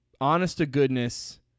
honest-to-goodness